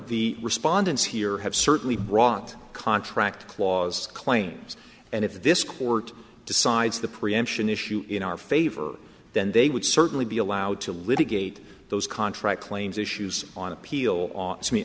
the respondents here have certainly brought contract clause claims and if this court decides the preemption issue in our favor then they would certainly be allowed to litigate those contract claims issues on appeal to me